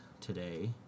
today